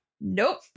nope